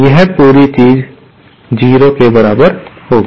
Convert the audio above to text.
यह पूरी चीज 0 के बराबर होगी